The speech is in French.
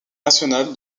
national